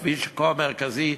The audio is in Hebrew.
בכביש כה מרכזי,